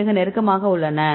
மிக நெருக்கமாக உள்ளன